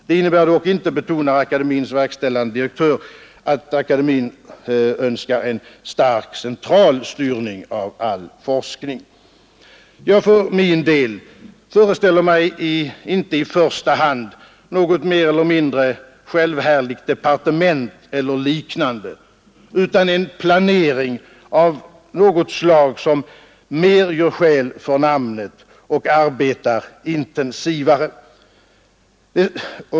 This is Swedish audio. Det innebär dock inte, betonar akademiens verkställande direktör, att akademien önskar en stark central styrning av all forskning. Jag för min del föreställer mig inte i första hand något mer eller mindre självhärligt departement eller liknande utan en planering av något slag som mer gör skäl för namnet och arbetar intensivare.